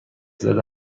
زده